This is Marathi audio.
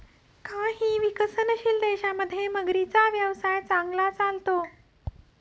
काही विकसनशील देशांमध्ये मगरींचा व्यवसाय चांगला चालतो